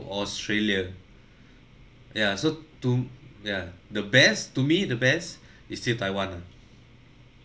australia ya so to ya the best to me the best is still taiwan ah